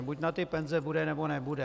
Buď na ty penze bude, nebo nebude.